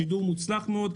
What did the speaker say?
שידור מוצלח מאוד.